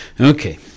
Okay